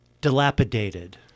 Dilapidated